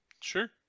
sure